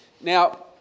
Now